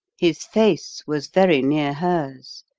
his face was very near hers,